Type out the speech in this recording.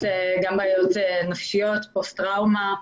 פוסט-טראומה,